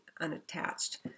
unattached